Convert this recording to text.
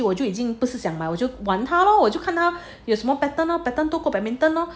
我就已经不是想买我就玩他咯我就看他有什么 pattern lor pattern 多过 badminton lor